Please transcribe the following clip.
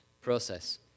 process